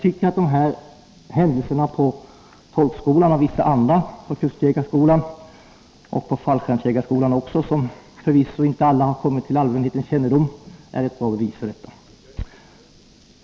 Dessa händelser på tolkskolan och vissa andra händelser på kustjägarskolan och fallskärmsjägarskolan, vilka alla förvisso inte har kommit till allmänhetens kännedom, är ett bra bevis för detta.